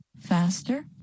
faster